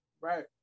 Right